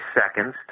seconds